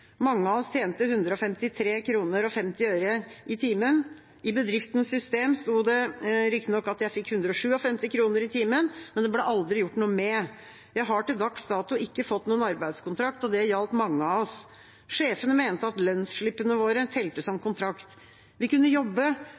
Mange av oss tjente 153,50 kroner i timen. I bedriftens system sto det riktignok at jeg fikk 157 kroner i timen, men det ble aldri gjort noe med. Jeg har til dags dato ikke fått noen arbeidskontrakt, og det gjaldt mange av oss. Sjefene mente at lønnsslippene våre telte som kontrakt. Vi kunne jobbe